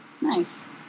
Nice